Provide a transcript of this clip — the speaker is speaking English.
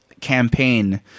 campaign